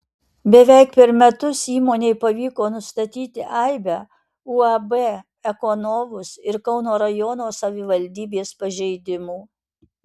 beveik per metus įmonei pavyko nustatyti aibę uab ekonovus ir kauno rajono savivaldybės pažeidimų